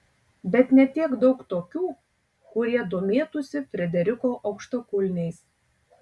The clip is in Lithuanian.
bet ne tiek daug tokių kurie domėtųsi frederiko aukštakulniais